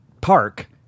park